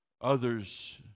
Others